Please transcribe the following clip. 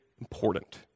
important